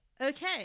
okay